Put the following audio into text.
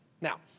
Now